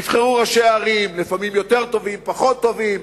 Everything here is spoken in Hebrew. נבחרו ראשי ערים, לפעמים יותר טובים, פחות טובים,